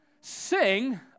Sing